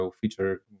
feature